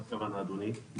מה הכוונה, אדוני?